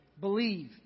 Believe